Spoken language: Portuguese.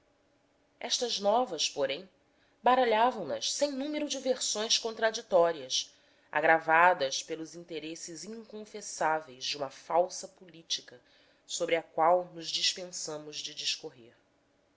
estas novas porém baralhavam nas sem número de versões contraditórias agravadas pelos interesses inconfessáveis de uma falsa política sobre a qual nos dispensamos de discorrer